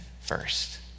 first